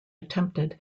attempted